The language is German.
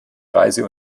reise